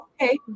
okay